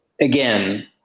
Again